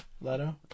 Leto